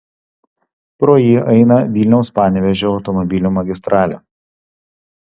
pro jį eina vilniaus panevėžio automobilių magistralė